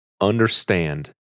Understand